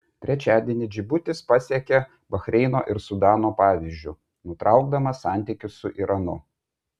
trečiadienį džibutis pasekė bahreino ir sudano pavyzdžiu nutraukdamas santykius su iranu